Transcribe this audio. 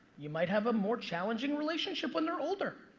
you might have a more challenging relationship when they're older.